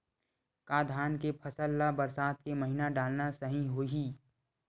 का धान के फसल ल बरसात के महिना डालना सही होही?